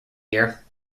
year